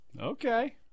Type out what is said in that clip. Okay